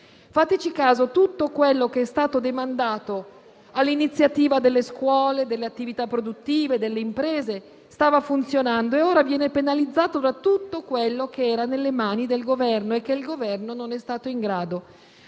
Fateci caso: tutto ciò che è stato demandato all'iniziativa delle scuole, delle attività produttive e delle imprese stava funzionando e ora viene penalizzato da tutto ciò che era nelle mani del Governo, che non è stato in grado